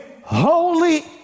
holy